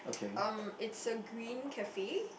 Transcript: um it's a green cafe